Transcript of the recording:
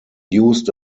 used